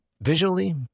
Visually